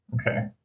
Okay